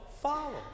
follow